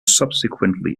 subsequently